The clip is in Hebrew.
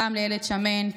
פעם לילד שמן,